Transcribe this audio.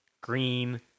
green